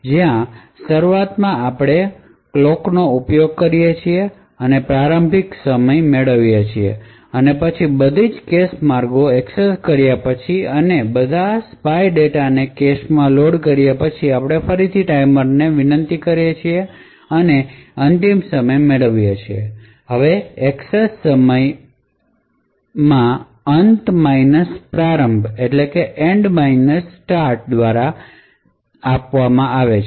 જ્યાં શરૂઆતમાં આપણે ક્લોકનો ઉપયોગ કરીએ છીએ અને પ્રારંભિક સમય મેળવીએ છીએ અને પછી બધી કેશ માર્ગો એક્સેસ કર્યા પછી અને બધા સ્પાય ડેટાને કેશમાં લોડ કર્યા પછી આપણે ફરીથી ટાઈમરને વિનંતી કરીએ છીએ અને અંતિમ સમય મેળવીશું હવે એક્સેસ સમય અંત પ્રારંભ દ્વારા આપવામાં આવે છે